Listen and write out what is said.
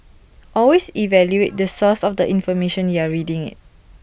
always evaluate the source of the information you're reading IT